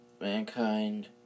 Mankind